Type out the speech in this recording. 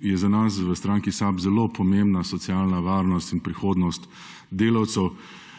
je za nas v stranki SAB zelo pomembna socialna varnost in prihodnost delavcev.